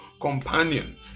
companion